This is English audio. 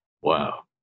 Wow